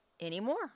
anymore